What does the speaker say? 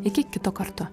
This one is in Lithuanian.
iki kito karto